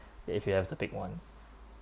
if you have to pick one